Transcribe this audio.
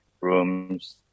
rooms